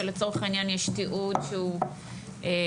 שלצורך העניין יש תיעוד שהוא חד-חד-ערכי,